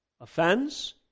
Offense